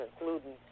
including